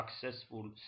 successful